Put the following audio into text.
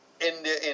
India